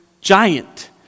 giant